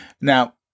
Now